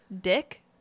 Dick